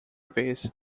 vez